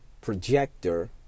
projector